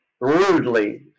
rudely